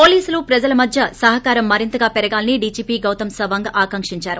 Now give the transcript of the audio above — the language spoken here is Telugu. పోలీసులు ప్రజల మధ్య సహకారం మరింతగా పెరగాలని డీజీపీ గౌతం సవాంగ్ ఆకాంక్షించారు